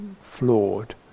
flawed